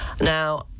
Now